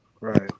right